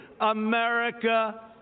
America